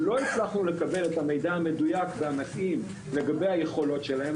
לא הצלחנו לקבל את המידע המדויק והמתאים לגבי היכולות שלהם,